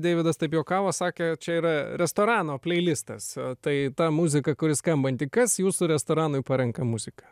deividas taip juokavo sakė čia yra restorano pleilistas tai ta muzika kuri skambanti kas jūsų restoranui parenka muziką